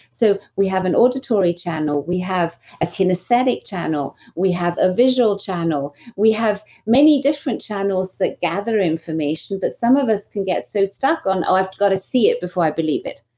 so, we have an auditory channel. we have a kinesthetic channel. we have a visual channel. we have many different channels that gather information but some of us can get so stuck on oh, i've got to see it before i believe it.